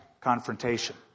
confrontation